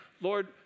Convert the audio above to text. Lord